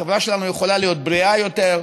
החברה שלנו יכולה להיות בריאה יותר,